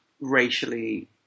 racially